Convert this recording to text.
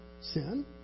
sin